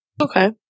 Okay